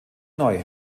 neu